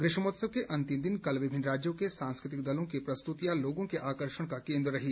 ग्रीष्मोत्सव के अंतिम दिन कल विभिन्न राज्यों के सांस्कृतिक दलों की प्रस्तृतियां लोगों के आकर्षण का केंद्र रही